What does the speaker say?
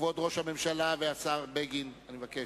אני מבקש.